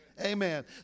Amen